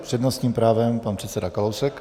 S přednostním právem pan předseda Kalousek.